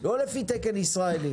לא לפי תקן ישראלי.